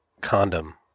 condom